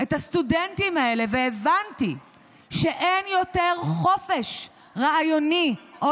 את הסטודנטים האלה הבנתי שאין יותר חופש רעיוני או